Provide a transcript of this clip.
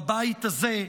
בבית הזה,